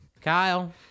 Kyle